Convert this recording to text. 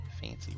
fancy